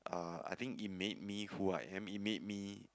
uh I think it made me who I am it made me